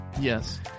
Yes